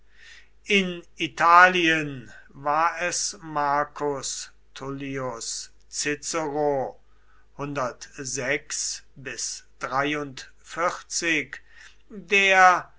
in italien war es marcus tullius cicero der